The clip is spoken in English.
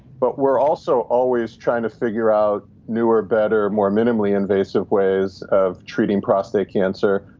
but we're also always trying to figure out newer, better more minimally invasive ways of treating prostate cancer.